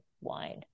wine